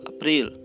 April